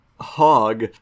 hog